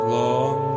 long